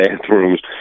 bathrooms